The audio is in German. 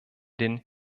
den